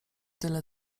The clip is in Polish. tyle